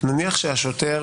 נניח שהשוטר